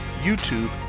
YouTube